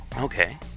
Okay